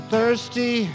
thirsty